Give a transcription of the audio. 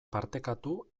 partekatu